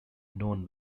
known